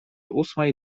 ósmej